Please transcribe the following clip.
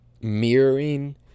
Mirroring